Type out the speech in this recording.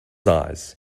eyes